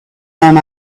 then